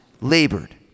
labored